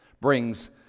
brings